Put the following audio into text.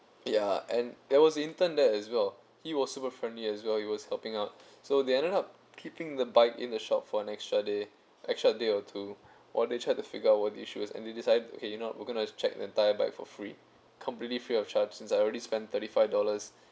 yeah and that was intern there as well he was super friendly as well he was helping out so they ended up keeping the bike in the shop for an extra day extra day or two while they try to figure out what the issues and they decide okay you know we're going to check the entire bike for free completely free of charge since I already spend thirty five dollars